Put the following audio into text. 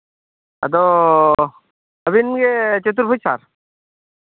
ᱟᱫᱚ ᱟᱹᱵᱤᱱᱜᱮ ᱪᱚᱛᱩᱨᱵᱷᱩᱡᱽ ᱥᱟᱨ